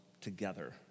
together